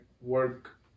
work